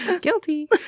guilty